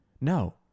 No